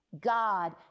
God